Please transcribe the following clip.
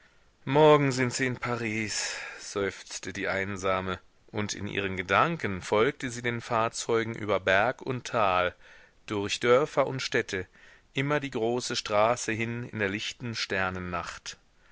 morgen sind sie in paris seufzte die einsame und in ihren gedanken folgte sie den fahrzeugen über berg und tal durch dörfer und städte immer die große straße hin in der